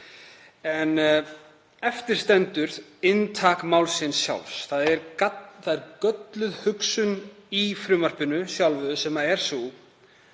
En eftir stendur inntak málsins sjálfs. Það er gölluð hugsun í frumvarpinu sjálfu sem er sú